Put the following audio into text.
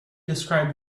described